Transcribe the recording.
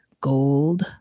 Gold